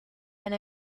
and